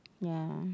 ya